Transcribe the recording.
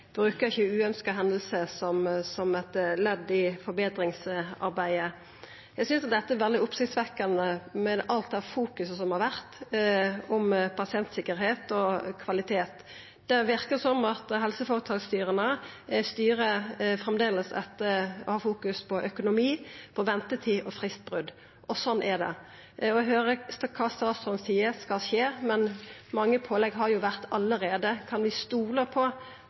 ikkje uønskte hendingar som eit ledd i forbetringsarbeidet. Eg synest dette er veldig oppsiktsvekkjande, med alt det fokuset som har vore på pasientsikkerheit og kvalitet. Det verkar som styra i helseføretaka framleis styrer etter og har fokus på økonomi, ventetid og fristbrot. Og sånn er det. Eg høyrer kva statsråden seier skal skje, men mange påbod har jo vore der allereie. Kan vi stola på